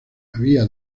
había